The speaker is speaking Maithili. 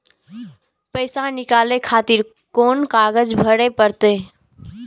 पैसा नीकाले खातिर कोन कागज भरे परतें?